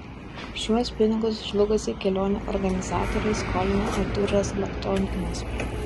šiuos pinigus žlugusiai kelionių organizatorei skolino artūras laktionkinas